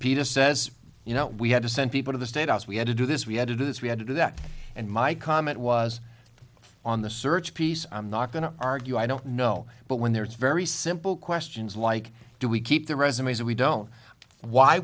peter says you know we had to send people to the state house we had to do this we had to do this we had to do that and my comment was on the search piece i'm not going to argue i don't know but when there is very simple questions like do we keep the resumes we don't why